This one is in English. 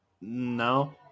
No